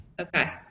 Okay